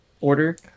order